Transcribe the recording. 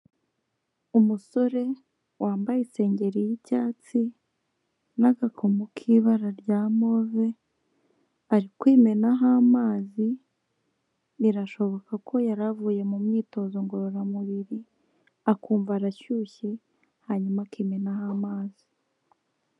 Umusore wambaye isengeri y'icyatsi n'agakomo k'ibara rya move, ari kwimenaho amazi birashoboka ko yari avuye mu myitozo ngororamubiri, akumva arashyushye hanyuma akimenaho amazi.